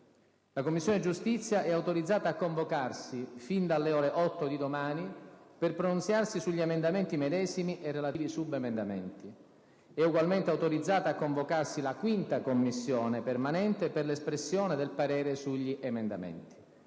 La Commissione giustizia e autorizzata a convocarsi, sin dalle ore 8 di domani, per pronunziarsi sugli emendamenti medesimi e relativi subemendamenti. E[` ]ugualmente autorizzata a convocarsi la 5ª Commissione permanente per l’espressione del parere sugli emendamenti.